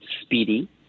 speedy